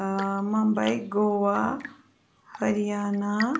ٲں مُمبے گوٚوَا ہریانہ